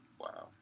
Wow